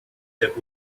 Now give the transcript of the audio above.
that